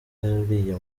uriya